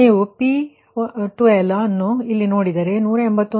ನೀವು P12 ಅನ್ನು ಇಲ್ಲಿ ನೋಡಿದರೆ 181